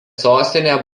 sostinė